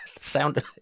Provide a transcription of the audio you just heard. sound